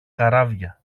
καράβια